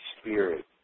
Spirit